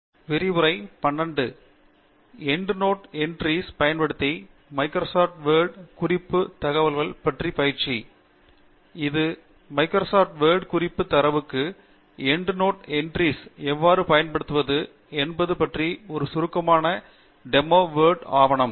ஆராய்ச்சி ஓர் அறிமுகம் மெட்டலாஜிக்கல் அண்ட் மெட்டீரியல் இன்ஜினியரிங் துறை Indian Institute of Technology Madras end note entries பயன்படுத்தி மைக்ரோசாப்ட் வேர்ட் குறிப்பு தகவல்கள் பற்றிய பயிற்சி இது மைக்ரோசாப்ட் வேர்ட் குறிப்பு தரவுக்கு எண்ட் நோட் எண்ட்றிஸ் எவ்வாறு பயன்படுத்துவது என்பது பற்றிய ஒரு சுருக்கமான டெமோ வேர்ட் ஆவணம்